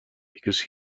because